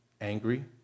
angry